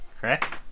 Correct